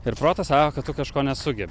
ir protas sako kad tu kažko nesugebi